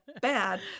bad